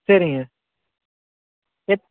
சரிங்க எப்